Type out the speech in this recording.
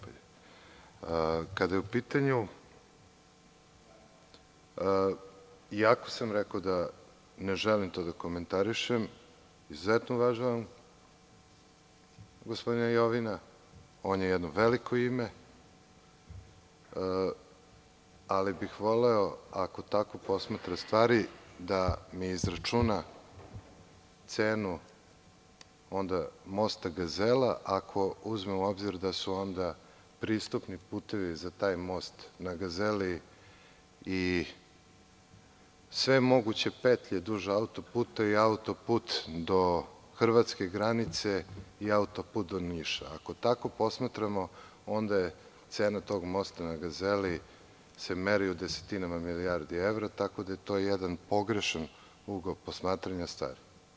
Kada je u pitanju, iako sam rekao da ne želim to da komentarišem, izuzetno uvažavam gospodina Jovina, on je jedno veliko ime, ali bih voleo, ako tako posmatra stvari, da mi izračuna cenu mosta Gazela, ako uzmemo u obzir da su pristupni putevi za taj most na Gazeli i sve moguće petlje duž auto-puta i auto-put do hrvatske granice i auto-put do Niša, ako tako posmatramo, onda se cena tog mosta na Gazeli meri u desetinama milijardi evra, tako da je to jedan pogrešan ugao posmatranja stvari.